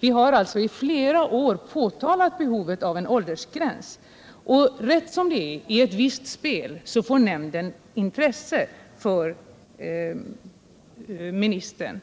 Vi har i flera år pekat på behovet av en ny åldersgräns, och rätt som det är, i ett visst spel, fattar ministern intresse för nämndens krav.